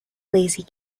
lazy